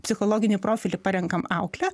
psichologinį profilį parenkam auklę